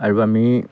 আৰু আমি